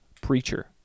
preacher